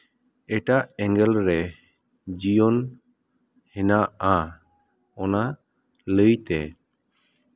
ᱮᱴᱟᱜ ᱮᱸᱜᱮᱞ ᱨᱮ ᱡᱤᱭᱚᱱ ᱦᱮᱱᱟᱜᱼᱟ ᱚᱱᱟ ᱞᱟᱹᱭᱛᱮ